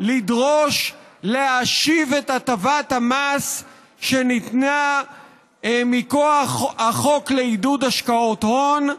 לדרוש להשיב את הטבת המס שניתנה מכוח החוק לעידוד השקעות הון,